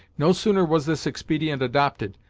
no sooner was this expedient adopted,